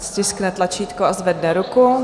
Ať stiskne tlačítko a zvedne ruku.